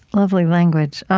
lovely language.